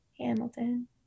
hamilton